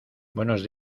buenos